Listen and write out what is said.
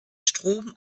strom